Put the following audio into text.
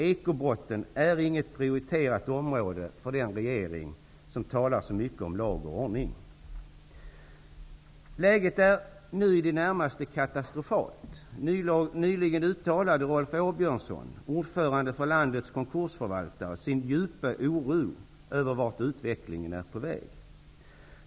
Ekobrotten är inget prioriterat område för den regering som talar så mycket om lag och ordning. Läget är nu i det närmaste katastrofalt. Nyligen uttalade Rolf Åbjörnsson, ordförande för landets konkursförvaltare, sin djupa oro över vart utvecklingen är på väg.